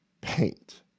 paint